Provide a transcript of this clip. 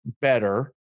better